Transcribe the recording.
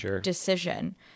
decision